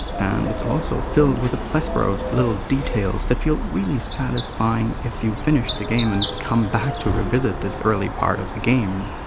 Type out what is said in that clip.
and it's also filled with a plethora of little details that feel really satisfying if you've finished the game and come back to revisit this early part of the game.